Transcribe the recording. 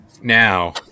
Now